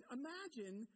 imagine